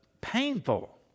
painful